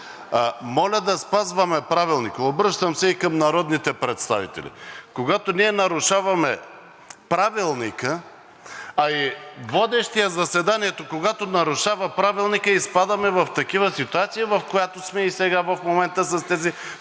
моля да спазваме Правилника. Обръщам се и към народните представители. Когато ние нарушаваме Правилника, а и водещият заседанието, когато нарушава Правилника, изпадаме в такава ситуация, в която сме и в момента, с